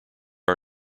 our